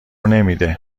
نمیده